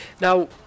Now